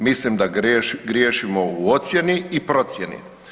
Mislim da griješimo u ocijeni i procijeni.